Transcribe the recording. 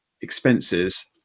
expenses